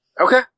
Okay